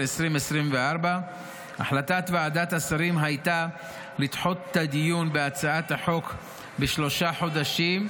2024. החלטת ועדת השרים הייתה לדחות את הדיון בהצעת החוק בשלושה חודשים.